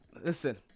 Listen